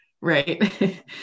right